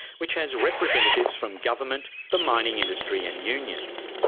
which has representatives from government, the mining industry and unions.